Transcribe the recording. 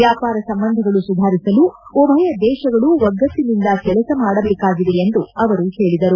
ವ್ಯಾಪಾರ ಸಂಬಂಧಗಳು ಸುಧಾರಿಸಲು ಉಭಯ ದೇಶಗಳು ಒಗ್ಗಟ್ಟನಿಂದ ಕೆಲಸ ಮಾಡಬೇಕಾಗಿದೆ ಎಂದು ಅವರು ಹೇಳದರು